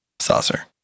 Saucer